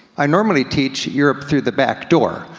i normally teach europe through the backdoor.